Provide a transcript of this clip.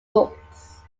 books